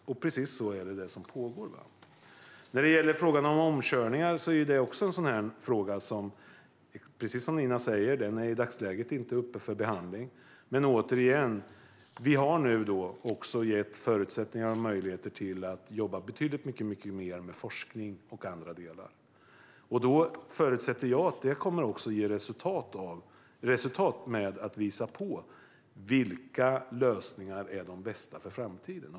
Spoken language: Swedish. Det är precis detta som pågår. Frågan om omkörningar är i dagsläget inte uppe för behandling, precis som Nina säger. Men återigen: Vi har nu gett förutsättningar och möjligheter att jobba betydligt mer med forskning och andra delar. Jag förutsätter att detta också kommer att ge resultat genom att visa på vilka lösningar som är de bästa för framtiden.